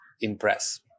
impress